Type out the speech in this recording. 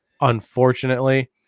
unfortunately